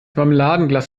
marmeladenglas